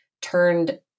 turned